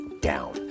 down